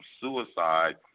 suicide